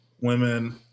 women